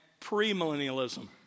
premillennialism